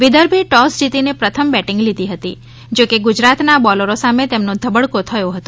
વિદર્ભે toss જીતીને પ્રથમ batting લીધી હતી જોકે ગુજરાતના બોલરો સામે તેનો ધબડકો થયો હતો